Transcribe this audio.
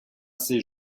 ses